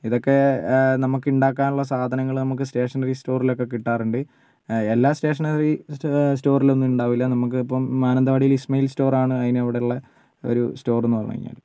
ഇതക്കെ നമ്മുക്കിണ്ടാക്കാനുള്ള സാധനങ്ങൾ നമുക്ക് സ്റ്റേഷനറി സ്റ്റോറിലക്കെ കിട്ടാറിണ്ട് എല്ലാ സ്റ്റേഷനറി സ്റ്റോറിലൊന്നും ഉണ്ടാവില്ല നമുക്ക് ഇപ്പോൾ മാനന്തവാടിൽ ഇസ്മയിൽ സ്റ്റോറാണ് അതിന് ഇവിടുള്ള ഒരു സ്റ്റോറിന്ന് പറഞ്ഞ് കഴിഞ്ഞാൽ